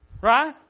Right